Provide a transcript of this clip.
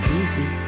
easy